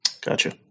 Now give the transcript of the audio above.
Gotcha